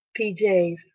PJs